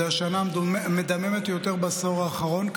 זו השנה המדממת ביותר בעשור האחרון.